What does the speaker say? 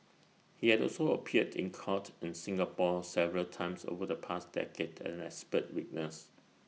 he had also appeared in court in Singapore several times over the past decade as an expert witness